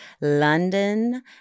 London